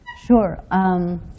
Sure